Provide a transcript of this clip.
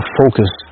focus